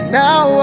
now